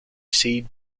seed